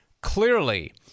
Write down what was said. clearly